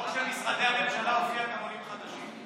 בחוק של משרדי הממשלה הופיעו גם עולים חדשים.